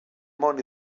món